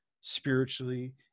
spiritually